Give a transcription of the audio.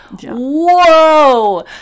Whoa